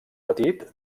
petit